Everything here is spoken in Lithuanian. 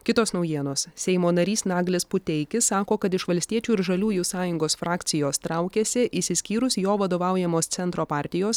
kitos naujienos seimo narys naglis puteikis sako kad iš valstiečių ir žaliųjų sąjungos frakcijos traukiasi išsiskyrus jo vadovaujamos centro partijos